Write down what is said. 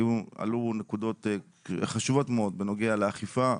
עלו נקודות חשובות מאוד בנוגע לאכיפה.